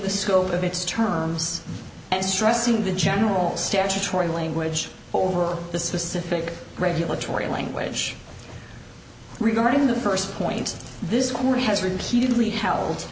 the scope of its terms and stressing the general's statutory language over the specific regulatory language regarding the first point this court has repeatedly hel